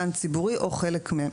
גן ציבורי או חלק מהם.